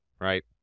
Right